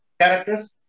characters